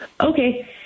Okay